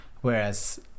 whereas